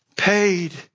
Paid